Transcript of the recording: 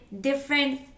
different